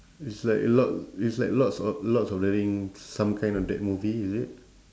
it's like lord it's like lords o~ lords of the ring some kind of that movie is it